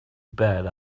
bet